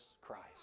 Christ